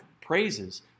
praises